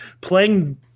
Playing